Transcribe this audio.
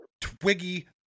twiggy